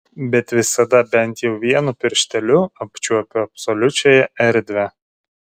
bet visada bent jau vienu piršteliu apčiuopiu absoliučiąją erdvę